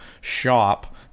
shop